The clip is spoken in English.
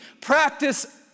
Practice